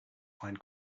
find